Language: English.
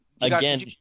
Again